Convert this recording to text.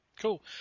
Cool